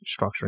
structuring